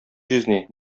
җизни